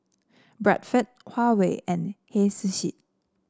Bradford Huawei and Hei Sushi